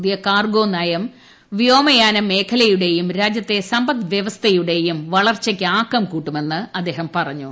പുതിയ കാർഗോ നയം വ്യോമയാന മേഖല യുടെയും രാജ്യത്തെ സമ്പദ് വൃവസ്ഥയുടെയും വളർച്ചയ്ക്ക് ആക്കം കൂട്ടുമെന്ന് അദ്ദേഹം പറഞ്ഞു